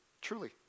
truly